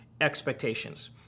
expectations